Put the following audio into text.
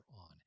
on